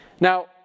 Now